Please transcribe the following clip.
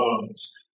bones